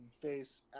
face